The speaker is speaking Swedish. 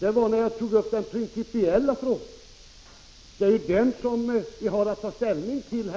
1985/86:49 gällde det den principiella fråga som vi ju nu har att ta ställning till